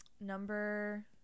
Number